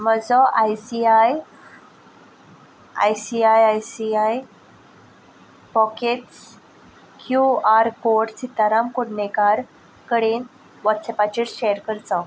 म्हजो I C I I C I I C I pockets Q R code Sitaram Kodnekar कडेन व्हॉट्सएपाचेर share करचो